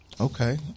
Okay